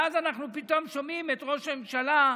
ואז אנחנו פתאום שומעים את ראש הממשלה,